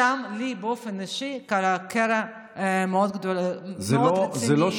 שם לי באופן אישי קרה קרע מאוד לא נעים עם חבר הכנסת סמוטריץ'.